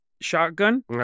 shotgun